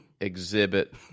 exhibit